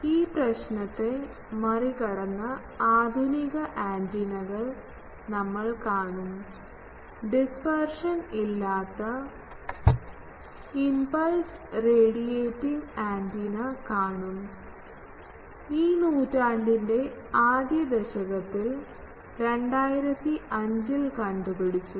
ഈ പ്രശ്നത്തെ മറികടന്നആധുനിക ആന്റിനകൾ ഞങ്ങൾ കാണും ഡിസ്പർഷൻ ഇല്ലാത്ത ഇമ്പൽസ് റേഡിയേറ്റിംഗ് ആന്റിന കാണും ഈ നൂറ്റാണ്ടിന്റെ ആദ്യ ദശകത്തിൽ 2005 ൽ കണ്ടുപിടിച്ചു